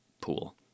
pool